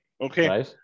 Okay